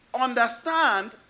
Understand